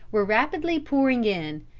were rapidly pouring in.